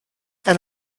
and